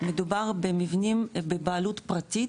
מדובר במבנים בבעלות פרטית